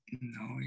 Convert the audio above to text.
No